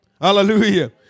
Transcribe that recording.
Hallelujah